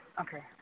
Okay